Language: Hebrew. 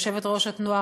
יושבת-ראש התנועה,